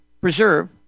preserve